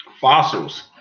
fossils